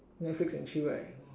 Netflix and chill right